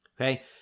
okay